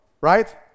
right